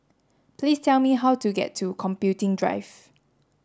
please tell me how to get to Computing Drive